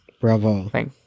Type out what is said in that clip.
Bravo